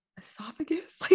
esophagus